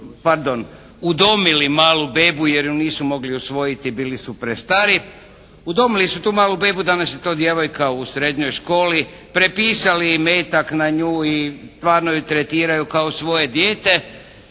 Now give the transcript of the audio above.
pardon udomili malu bebu jer ju nisu mogli usvojiti, bili su prestari. Udomili su tu malu bebu, danas je to djevojka u srednjoj školi. Prepisali imetak na nju i stvarno ju tretiraju kao svoje dijete.